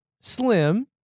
slim